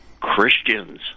Christians